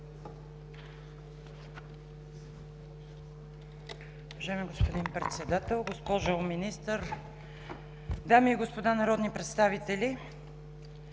Уважаеми господин Председател, госпожо Министър, дами и господа народни представители!